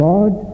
God